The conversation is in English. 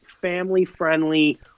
family-friendly